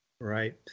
Right